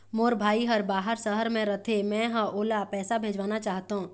मोर भाई हर बाहर शहर में रथे, मै ह ओला पैसा भेजना चाहथों